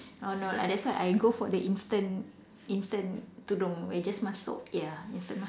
oh no lah that's why I go for the instant instant tudung where you just masuk ya instant masuk